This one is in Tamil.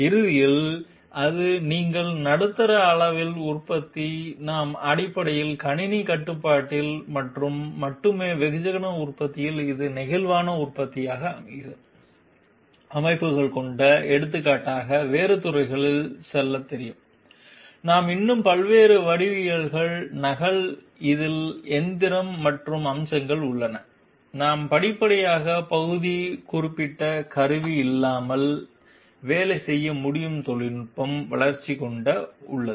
இறுதியில் அது நீங்கள் நடுத்தர அளவில் உற்பத்தி நாம் அடிப்படையில் கணினி கட்டுப்பாட்டில் மற்றும் மட்டுமே வெகுஜன உற்பத்தியில் இது நெகிழ்வான உற்பத்தி அமைப்புகள் கொண்ட எடுத்துக்காட்டாக வேறு துறைகளில் செல்ல தெரியும் நாம் இன்னும் பல்வேறு வடிவவியல்கள் நகல் இதில் எந்திர மற்ற அம்சங்கள் உள்ளன நாம் படிப்படியாக பகுதி குறிப்பிட்ட கருவி இல்லாமல் வேலை செய்ய முடியும் தொழில்நுட்பம் வளர்ச்சி கொண்ட உள்ளன